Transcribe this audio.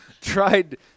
tried